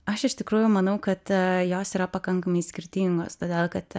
aš iš tikrųjų manau kad jos yra pakankamai skirtingos todėl kad